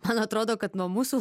man atrodo kad nuo mūsų